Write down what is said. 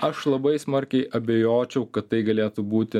aš labai smarkiai abejočiau kad tai galėtų būti